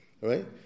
right